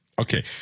Okay